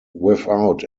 without